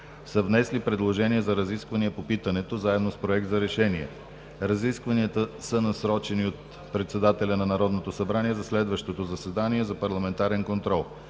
са внесли предложения за разисквания по питането заедно с Проект за решение. Разискванията са насрочени от председателя на Народното събрание за следващото заседание за парламентарен контрол.